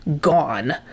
gone